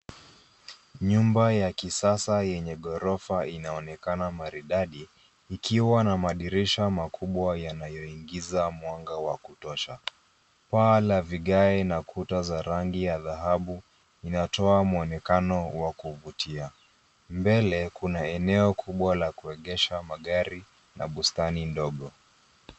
Nyumba ya kisasa yenye ghorofa inaonekana maridadi ikiwa na madirisha makubwa yanayoingiza mwanga wa kutosha. Paa la vigae na kuta za rangi ya dhahabu inatoa mwonekano wa kuvutia. Mbele kuna eneo kubwa la kuegesha magari na bustani ndogo.